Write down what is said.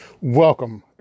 Welcome